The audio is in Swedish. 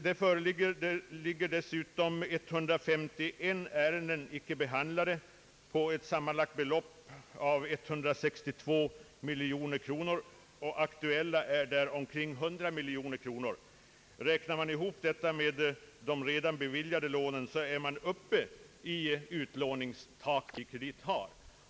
Dessutom föreligger 151 icke behandlade ärenden till ett sammanlagt belopp av 162 miljoner kronor, varav ett belopp av omkring 100 miljoner kronor är aktuellt. Räknar man ihop detta med de redan beviljade lånen är man uppe vid den utlåningskapacitet som Industrikredit har.